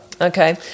Okay